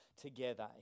together